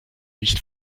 nicht